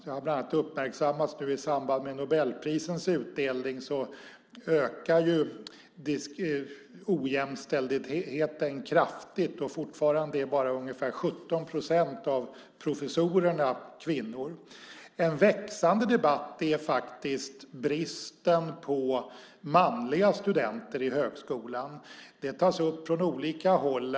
Det har bland annat uppmärksammats nu i samband med Nobelprisens utdelning. Fortfarande är bara ungefär 17 procent av professorerna kvinnor. En växande debatt är bristen på manliga studenter i högskolan. Det tas upp från olika håll.